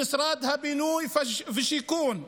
למשרד הבינוי והשיכון.